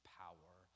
power